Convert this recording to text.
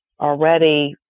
already